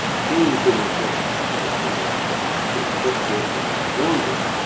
paying for the enforcement of their own um you know investigation of their own wrongdoing.